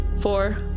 four